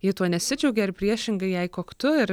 ji tuo nesidžiaugia ir priešingai jai koktu ir